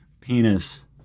Penis